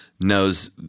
knows